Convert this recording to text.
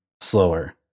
slower